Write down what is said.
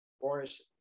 Boris